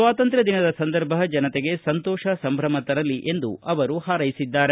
ಸ್ವಾತಂತ್ರ್ಯದಿನದ ಸಂದರ್ಭ ಜನತೆಗೆ ಸಂತೋಷ ಸಂಭ್ರಮ ತರಲಿ ಎಂದು ಹಾರೈಸಿದ್ದಾರೆ